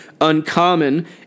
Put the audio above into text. uncommon